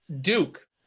Duke